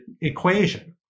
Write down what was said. equation